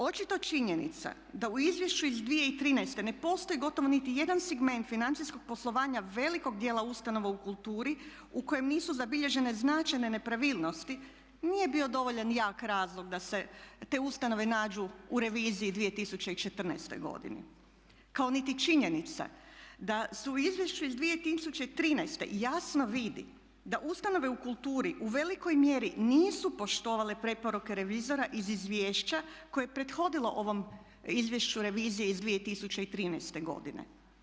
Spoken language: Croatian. Očito činjenica da u izvješću iz 2013.ne postoji gotovo niti jedan segment financijskog poslovanja velikog djela ustanova u kulturi u kojem nisu zabilježene značajne nepravilnosti nije bio dovoljan jak razloga da se te ustanove nađu u reviziji 2014.godini, kao niti činjenica da su u izvješću iz 2013.jasno vidi da ustanove u kulturi u velikoj mjeri nisu poštovale preporuke revizora iz izvješća koje je prethodilo ovom izvješću revizije iz 2013.godine.